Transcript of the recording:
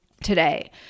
today